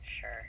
Sure